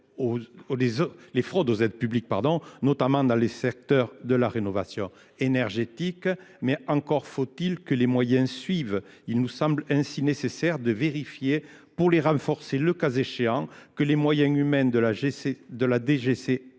les fraudes aux aides publiques, notamment dans le secteur de la rénovation énergétique. Toutefois, encore faut il que les moyens suivent. Il nous semble ainsi nécessaire de vérifier, pour les renforcer le cas échéant, que les moyens humains de la